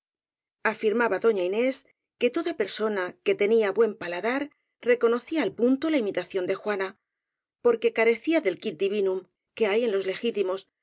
afirmaba doña inés que toda persona que tenía buen paladar reconocía al pun to la imitación de juana porque carecía del quid divinum que hay en los legítimos